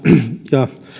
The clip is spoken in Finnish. ja